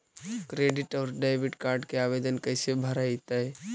Credit और debit card के आवेदन कैसे भरैतैय?